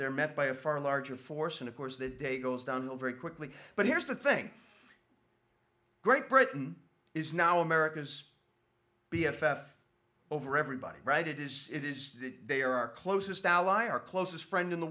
they're met by a far larger force and of course the day goes down very quickly but here's the thing great britain is now america's be f f over everybody right it is it is they are our closest ally our closest friend in the